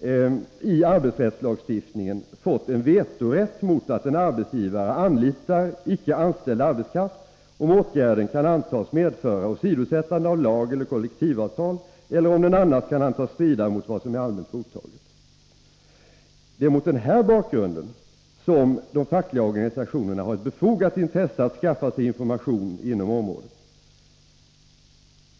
genom arbetsrättslagstiftningen fått en vetorätt mot att en arbetsgivare anlitar icke anställd arbetskraft, om åtgärden kan antas medföra åsidosättande av lag eller kollektivavtal eller om den annars kan antas strida mot vad som är allmänt godtaget. Det är mot denna bakgrund som de fackliga organisationerna har ett befogat intresse av att skaffa sig information inom detta område.